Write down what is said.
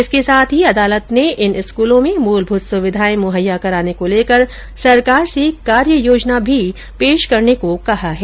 इसके साथ ही अदालत ने इन स्कूलों में मूलभूत सुविधाएं मुहैया कराने को लेकर सरकार से कार्य योजना भी पेश करने को कहा है